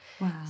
Wow